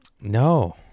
No